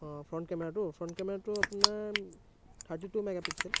অ' front কেমেৰাটো front কেমেৰাটো আপোনাৰ থাৰ্টি টু মেগাপিক্সেল